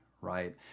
right